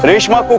and reshma. but